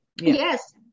Yes